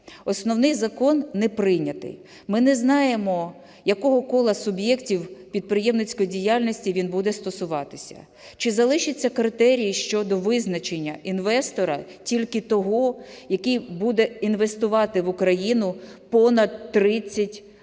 основний закон не прийнятий. Ми не знаємо, якого кола суб'єктів підприємницької діяльності він буде стосуватися. Чи залишаться критерії щодо визначення інвестора тільки того, який буде інвестувати в Україну понад 30 або